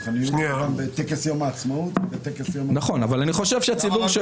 בטקס יום העצמאות, בטקס יום השואה.